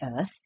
earth